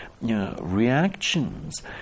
reactions